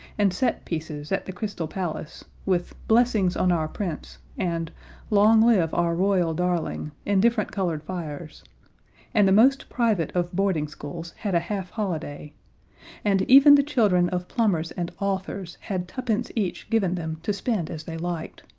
and set pieces at the crystal palace, with blessings on our prince and long live our royal darling in different-colored fires and the most private of boarding schools had a half holiday and even the children of plumbers and authors had tuppence each given them to spend as they liked.